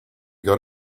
got